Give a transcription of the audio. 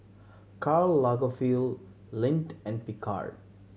Karl Lagerfeld Lindt and Picard